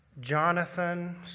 Jonathan